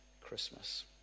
Christmas